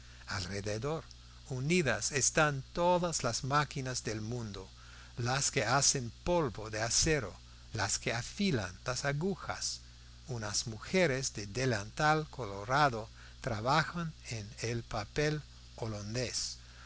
alrededor unidas están todas las máquinas del mundo las que hacen polvo de acero las que afilan las agujas unas mujeres de delantal colorado trabajan el papel